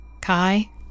Kai